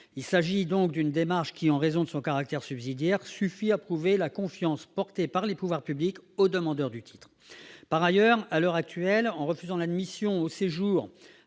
Il s'agit donc d'une démarche qui, en raison de son caractère subsidiaire, suffit à prouver la confiance portée par les pouvoirs publics au demandeur du titre. Par ailleurs, à l'heure actuelle, en refusant l'admission au séjour